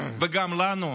וגם לנו,